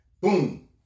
Boom